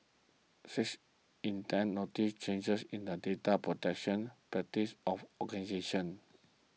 six in ten noticed changes in the data protection practices of organisations